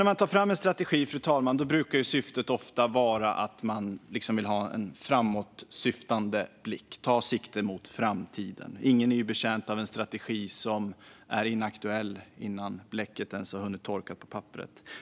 När man tar fram en strategi brukar syftet ofta vara att ta sikte på framtiden. Ingen är betjänt av en strategi som är inaktuell innan bläcket ens har hunnit torka på papperet.